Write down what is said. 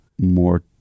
more